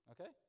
Okay